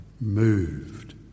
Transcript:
moved